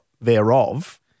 thereof